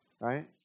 Right